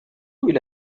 إلى